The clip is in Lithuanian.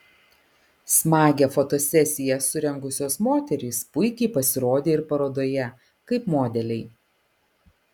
smagią fotosesiją surengusios moterys puikiai pasirodė ir parodoje kaip modeliai